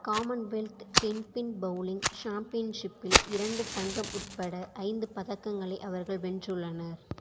Commonwealth tenpin bowling சாம்பியன்ஷிப்பில் இரண்டு தங்கம் உட்பட ஐந்து பதக்கங்களை அவர்கள் வென்றுள்ளனர்